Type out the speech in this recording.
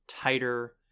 tighter